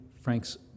Frank's